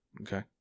Okay